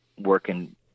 working